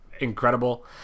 incredible